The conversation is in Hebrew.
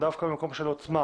ממקום של עוצמה